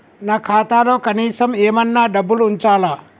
నా ఖాతాలో కనీసం ఏమన్నా డబ్బులు ఉంచాలా?